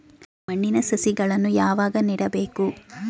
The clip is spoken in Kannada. ಮಣ್ಣಿನಲ್ಲಿ ಸಸಿಗಳನ್ನು ಯಾವಾಗ ನೆಡಬೇಕು?